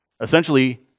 Essentially